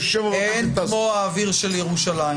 נתנו את כל הרשימה של החוקים